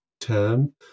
term